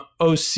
OC